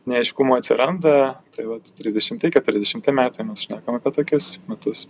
neaiškumo atsiranda tai vat trisdešimti keturiasdešimti metai mes šnekam apie tokius metus